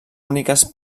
úniques